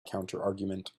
counterargument